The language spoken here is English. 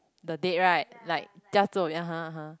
the date right like (uh huh) (uh huh)